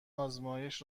آزمایش